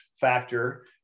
factor